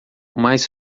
mais